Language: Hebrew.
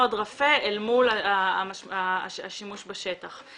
רפה אל מול השימוש בשטח.